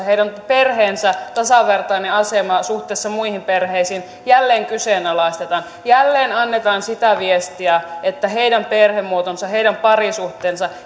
heidän perheensä tasavertainen asema suhteessa muihin perheisiin jälleen kyseenalaistetaan jälleen annetaan sitä viestiä että heidän perhemuotonsa heidän parisuhteensa